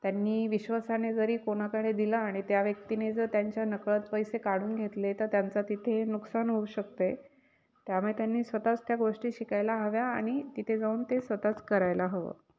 त्यांनी विश्वासाने जरी कोणाकडे दिलं आणि त्या व्यक्तीने जर त्यांच्या नकळत पैसे काढून घेतले तर त्यांचं तिथे नुकसान होऊ शकतेय त्यामुळे त्यांनी स्वतःच त्या गोष्टी शिकायला हव्या आणि तिथे जाऊन ते स्वतःच करायला हवं